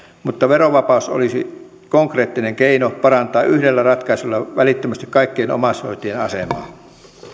mutta verovapaus olisi konkreettinen keino parantaa yhdellä ratkaisulla välittömästi kaikkien omaishoitajien asemaa